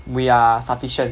we are sufficient